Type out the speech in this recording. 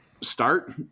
start